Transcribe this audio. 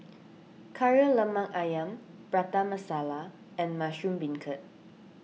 Kari Lemak Ayam Prata Masala and Mushroom Beancurd